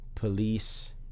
police